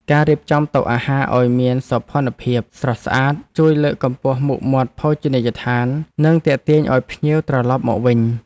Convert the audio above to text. ការរៀបចំតុអាហារឱ្យមានសោភ័ណភាពស្រស់ស្អាតជួយលើកកម្ពស់មុខមាត់ភោជនីយដ្ឋាននិងទាក់ទាញឱ្យភ្ញៀវត្រឡប់មកវិញ។